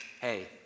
hey